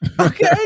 okay